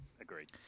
Agreed